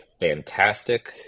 fantastic